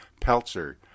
Peltzer